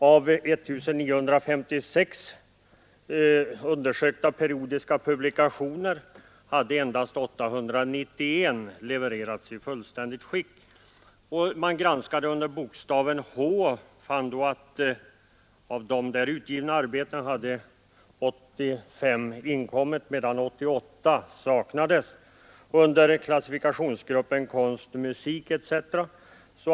Av 1956 undersökta periodiska publikationer hade endast 891 levererats i fullständigt skick. Man granskade gruppen H och fann att 85 utgivna arbeten hade inkommit medan 88 saknades. Under klassifikationsgruppen Konst och Musik etc.